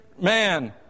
man